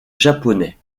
japonais